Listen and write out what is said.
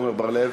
עמר בר-לב?